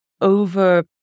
over